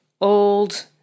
old